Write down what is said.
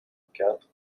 quatre